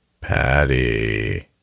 Patty